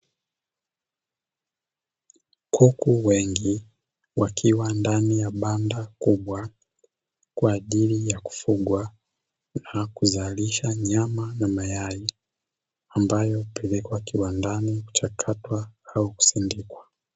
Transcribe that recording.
Kuku wengi wakiwa ndani ya banda kubwa kwa ajili ya kufugwa na kuzalisha nyama na mayai, ambayo hupelekwa kiwandani kuchakatwa au kusindikwa.